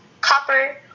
copper